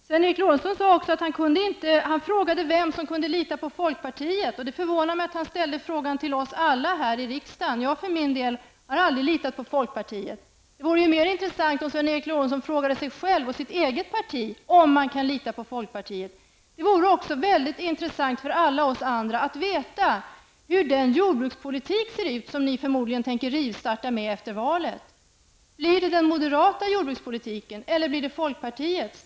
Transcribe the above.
Sven Eric Lorentzon frågade vem som kunde lita på folkpartiet. Det förvånar mig att han ställde frågan till oss alla här i riksdagen. Jag för min del har aldrig litat på folkpartiet. Det vore mer intressant om Sven Eric Lorentzon frågade sig själv och sitt eget parti om man kan lita på folkpartiet. Det vore också väldigt intressant för alla oss andra att få veta hur den jordbrukspolitik ser ut som ni förmodligen tänker rivstarta med efter valet. Blir det den moderata jordbrukspolitiken, eller blir det folkpartiets?